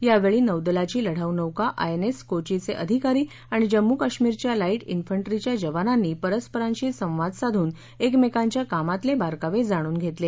यावेळी नौदलाची लढाऊ नौका आयएनएस कोचीचे अधिकारी आणि जम्मू कश्मीरच्या लाईट ऊंट्रीच्या जवानांनी परस्परांशी संवाद साधून एकमेकांच्या कामातले बारकावे जाणून घेतले